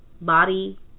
body